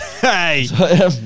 Hey